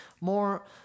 more